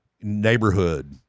neighborhood